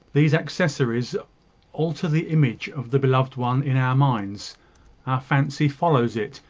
these accessories alter the image of the beloved one in our minds our fancy follows it,